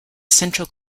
central